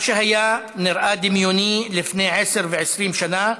מה שהיה נראה דמיוני לפני 10 ו-20 שנה,